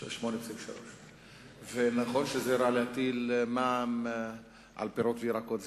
8.3. ונכון שזה רע להטיל מע"מ על פירות וירקות.